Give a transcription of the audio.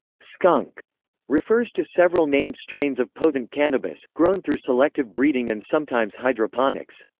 skunk refers to several named strains of potent cannabis, grown through selective breeding and sometimes hydroponics.